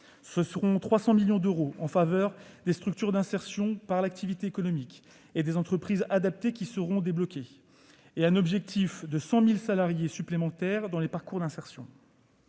débloqués 300 millions d'euros en faveur des structures d'insertion par l'activité économique et des entreprises adaptées, avec un objectif de 100 000 salariés supplémentaires dans les parcours d'insertion.